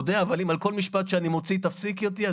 אבל אם על כל משפט שאני מוציא תפסיקי אותי,